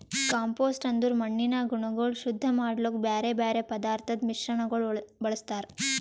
compost ಅಂದುರ್ ಮಣ್ಣಿನ ಗುಣಗೊಳ್ ಶುದ್ಧ ಮಾಡ್ಲುಕ್ ಬ್ಯಾರೆ ಬ್ಯಾರೆ ಪದಾರ್ಥದ್ ಮಿಶ್ರಣಗೊಳ್ ಬಳ್ಸತಾರ್